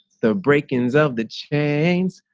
the break ins of the chains,